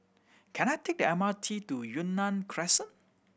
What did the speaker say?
can I take the M R T to Yunnan Crescent